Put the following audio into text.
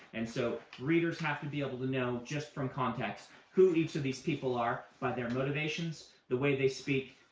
and so readers have to be able to know just from context who each of these people are by their motivations, the way they speak,